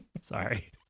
Sorry